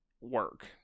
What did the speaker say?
work